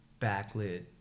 Backlit